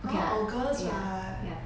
now august [what]